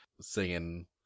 singing